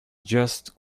just